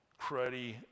cruddy